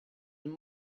and